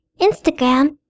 Instagram